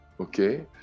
okay